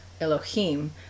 Elohim